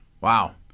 Wow